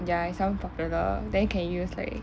there are at some popular then can use like